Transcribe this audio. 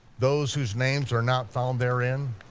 those whose names are not found therein,